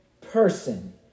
person